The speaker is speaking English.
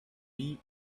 bee